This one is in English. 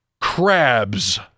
crabs